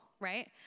right